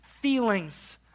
feelings